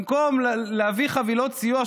במקום להביא חבילות סיוע,